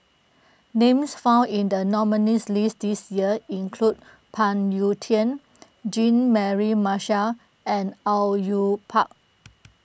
names found in the nominees' list this year include Phoon Yew Tien Jean Mary Marshall and Au Yue Pak